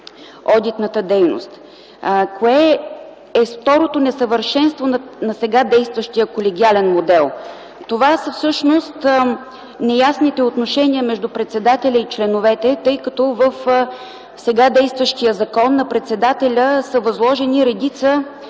одитната дейност. Кое е второто несъвършенство на сега действащия колегиален модел? Това всъщност са неясните отношения между председателя и членовете, тъй като в сега действащия закон на председателя са възложени редица